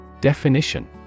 Definition